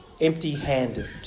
empty-handed